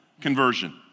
conversion